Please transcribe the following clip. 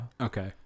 Okay